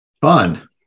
fun